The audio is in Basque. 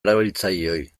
erabiltzaileoi